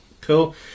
Cool